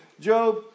Job